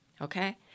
Okay